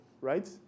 right